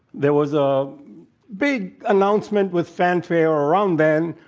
there was a big announcement with fanfare, around then,